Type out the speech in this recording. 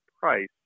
price